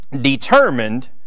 determined